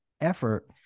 effort